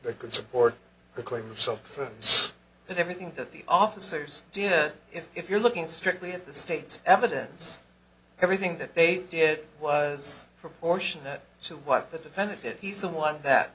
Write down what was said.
that could support the claim of self defense and everything that the officers did if you're looking strictly at the state's evidence everything that they did was proportionate to what the defendant did he's the one that